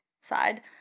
side